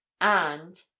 And—